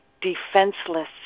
defenseless